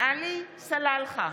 עלי סלאלחה,